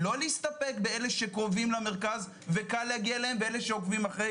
לא להסתפק באלה שקרובים למרכז וקל להגיע אליהם ואלה שעוקבים אחרי